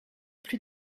plus